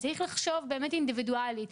צריך לחשוב באמת אינדיבידואלית.